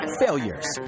failures